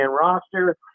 roster